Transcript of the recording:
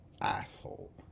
asshole